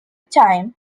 time